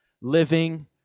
Living